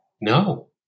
No